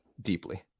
deeply